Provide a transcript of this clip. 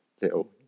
little